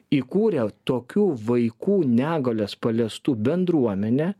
įkūrė tokių vaikų negalios paliestų bendruomenę